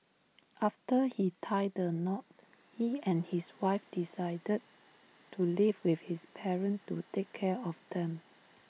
after he tied the knot he and his wife decided to live with his parents to take care of them